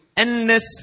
Endless